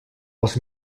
els